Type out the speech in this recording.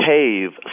cave